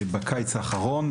בקיץ האחרון,